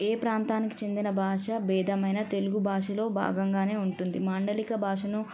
ఏ ప్రాంతానికి చెందిన భాషా భేదమైనా తెలుగు భాషలో భాగంగానే ఉంటుంది మాండలిక భాషను